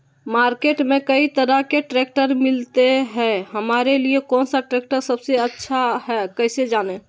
Market में कई तरह के ट्रैक्टर मिलते हैं हमारे लिए कौन सा ट्रैक्टर सबसे अच्छा है कैसे जाने?